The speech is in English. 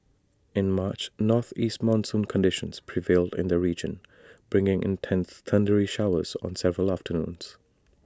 in March northeast monsoon conditions prevailed in the region bringing intense thundery showers on several afternoons